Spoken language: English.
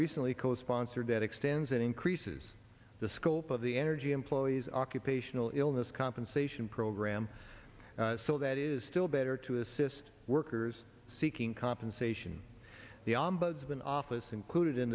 recently co sponsored that extends and increases the scope of the energy employees occupational illness compensation program so that is still better to assist workers seeking compensation the ombudsman office included in